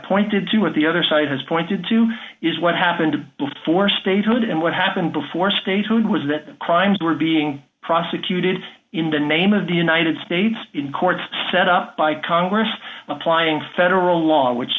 pointed to what the other side has pointed to is what happened before statehood and what happened before statehood was that crimes were being prosecuted in the name of the united states in courts set up by congress applying federal law which